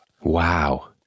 Wow